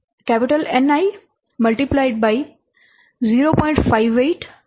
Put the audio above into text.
FP count Ni 0